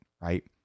right